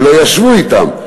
לא ישבו אתם,